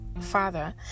father